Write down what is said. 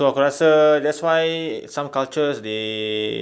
so aku rasa that's why some cultures they